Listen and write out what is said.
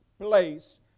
place